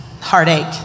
heartache